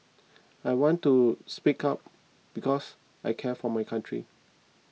I want to speak up because I care for my country